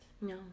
No